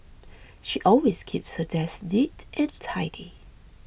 she always keeps her desk neat and tidy